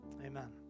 amen